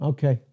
Okay